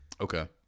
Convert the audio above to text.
Okay